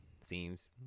seems